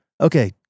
Okay